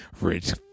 rich